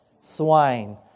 Swine